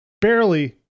barely